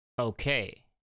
Okay